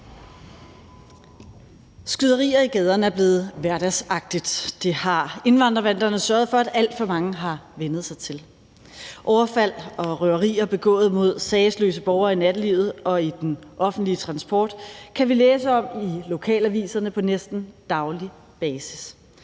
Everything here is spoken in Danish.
Skyderier i gaderne er blevet hverdagsagtigt. Det har indvandrerbanderne sørget for at alt for mange har vænnet sig til. Overfald og røverier begået mod sagesløse borgere i nattelivet og i den offentlige transport kan vi læse om i lokalaviserne på næsten daglig basis.